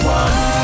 one